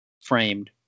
framed